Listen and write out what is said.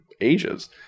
ages